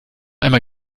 einmal